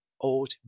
old